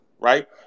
right